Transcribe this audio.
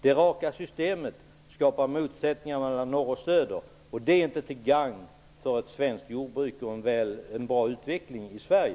Det raka systemet skapar motsättningar mellan norr och söder. Det är inte till gagn för ett svenskt jordbruk och en bra utveckling i Sverige.